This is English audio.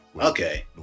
Okay